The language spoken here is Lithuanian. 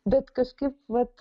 bet kažkaip vat